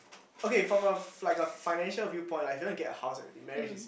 okay from a like a financial view point like if you want to get a house and everything marriage is